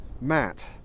Matt